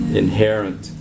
inherent